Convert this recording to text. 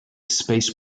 space